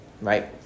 right